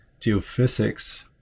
geophysics